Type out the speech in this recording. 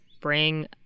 bring